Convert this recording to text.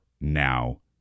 now